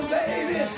baby